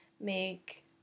make